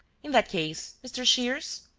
in that case, mr. shears?